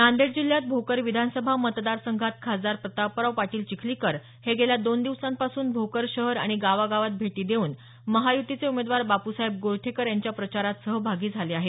नांदेड जिल्ह्यात भोकर विधानसभा मतदार संघात खासदार प्रतापराव पाटील चिखलीकर हे गेल्या दोन दिवसांपासून भोकर शहर आणि गावागावात भेटी देऊन महायुतीचे उमेदवार बाप्साहेब गोरठेकर यांच्या प्रचारात सहभागी झाले आहेत